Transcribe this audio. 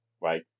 right